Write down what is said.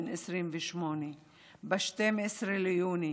בן 28. ב-12 ביוני